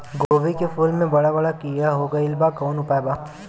गोभी के फूल मे बड़ा बड़ा कीड़ा हो गइलबा कवन उपाय बा?